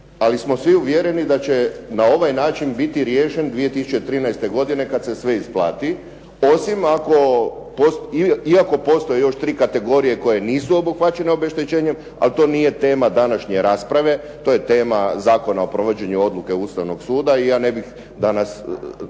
ali smo svi uvjereni da će na ovaj način biti riješen 2013. godine kada se sve isplati. Osim ako, iako postoje još tri kategorije koje nisu obuhvaćene obeštećenjem ali to nije tema današnje rasprave to je tema Zakona o provođenju Odluke Ustavnog suda i ja ne bih danas